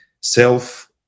self